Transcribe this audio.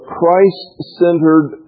Christ-centered